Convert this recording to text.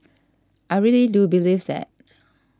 I really do believe that